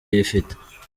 yifite